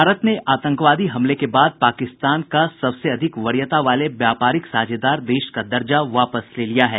भारत ने आतंकवादी हमले के बाद पाकिस्तान का सबसे अधिक वरीयता वाले व्यापारिक साझेदार देश का दर्जा वापस ले लिया है